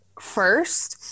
first